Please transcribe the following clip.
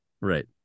Right